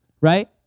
Right